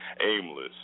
aimless